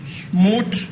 smooth